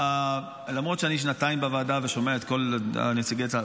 למרות שאני שנתיים בוועדה ושומע את כל נציגי צה"ל,